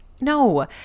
No